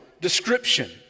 description